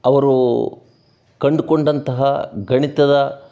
ಅವರು ಕಂಡುಕೊಂಡಂತಹ ಗಣಿತದ